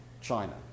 China